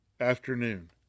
afternoon